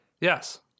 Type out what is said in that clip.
Yes